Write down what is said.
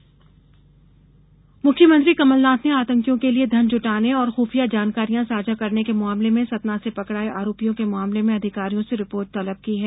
CM report मुख्यमंत्री कमलनाथ ने आतंकियों के लिये धन जुटाने और खुफिया जानकारियां साझा करने के मामले में सतना से पकड़ाए आरोपियों के मामले में अधिकारियों से रिपोर्ट तलब की है